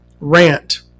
rant